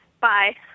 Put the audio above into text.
Bye